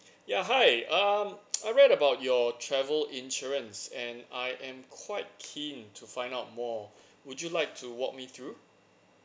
ya hi um I read about your travel insurance and I am quite keen to find out more would you like to walk me through